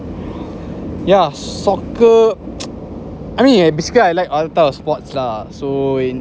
yeah soccer I mean basically I like other types of sports lah so in